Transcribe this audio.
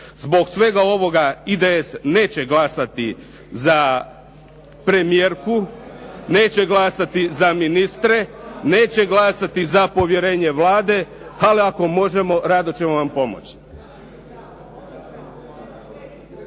Zbog svega ovoga, IDS neće glasati za premijerku, neće glasati za ministre, neće glasati za povjerenje Vlade, ali ako možemo, rado ćemo vam pomoći.